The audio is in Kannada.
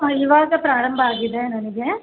ಇವಾಗ ಪ್ರಾರಂಭ ಆಗಿದೆ ನನಗೆ